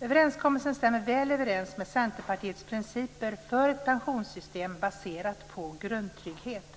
Överenskommelsen stämmer väl överens med Centerpartiets principer för ett pensionssystem baserat på grundtrygghet.